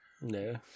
No